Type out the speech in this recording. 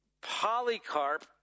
Polycarp